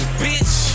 bitch